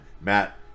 Matt